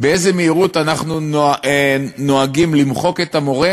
באיזו מהירות אנחנו נוהגים למחוק את המורה